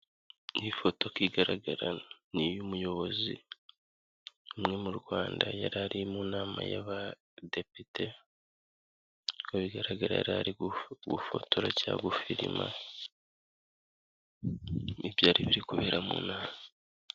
Iyi foto uko igaragara hano ni iy'umuyobozi umwe mu Rwanda yari ari mu nama y'abadepite, uko bigaragara yari ari gufotora cyangwa gufirima, ibyari biri kubera mu nama.